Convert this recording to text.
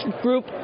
group